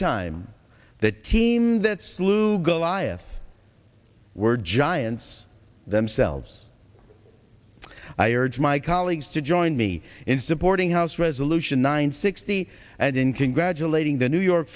time the team that slew goliath were giants themselves i urge my colleagues join me in supporting house resolution nine sixty and in congratulating the new york